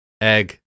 Egg